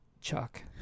Chuck